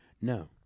No